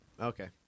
Okay